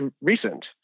recent